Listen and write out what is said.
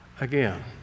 again